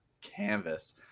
canvas